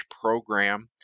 program